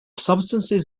substances